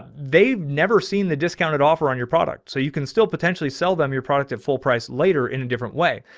never seen the discounted offer on your product. so you can still potentially sell them your product at full price later in a different way,